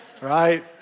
right